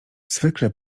zwykle